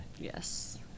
Yes